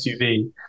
SUV